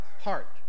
Heart